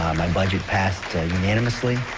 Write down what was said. um like budget passed unanimously,